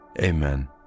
Amen